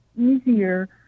easier